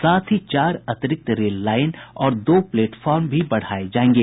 साथ ही चार अतिरिक्त रेल लाईन और दो प्लेटफार्म भी बढ़ाये जायेंगे